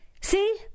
See